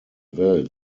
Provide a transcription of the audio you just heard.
welt